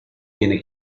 viene